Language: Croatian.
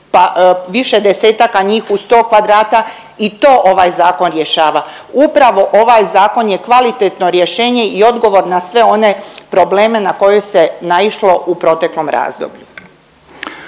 više desetaka njih u sto kvadrata i to ovaj zakon rješava. Upravo ovaj zakon je kvalitetno rješenje i odgovor na sve one probleme na koje se naišlo u proteklom razdoblju.